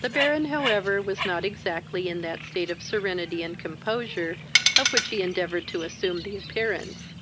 the baron, however, was not exactly in that state of serenity and composure of which he endeavoured to assume the appearance